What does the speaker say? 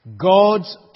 God's